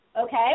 Okay